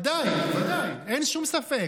בוודאי, בוודאי, אין שום ספק.